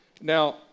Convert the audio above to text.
Now